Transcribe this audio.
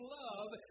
love